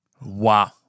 Wow